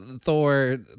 Thor